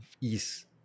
ease